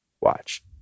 watch